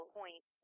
point